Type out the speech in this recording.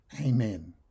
Amen